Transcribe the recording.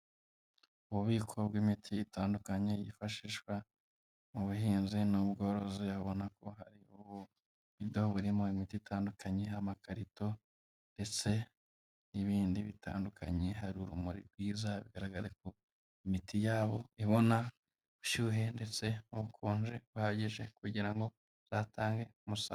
Ububiko bw'imiti itandukanye yifashishwa mu buhinzi n'ubworozi, aho ubona ko hari ububido burimo imiti itandukanye, amakarito ndetse n'ibindi bitandukanye, hari urumuri rwiza bigaragara ko imiti yabo ibona ubushyuhe ndetse n'ubukonje buhagije kugira ngo izatange umusaruro.